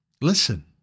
Listen